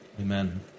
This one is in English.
amen